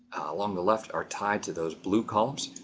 along the left are tied to those blue columns.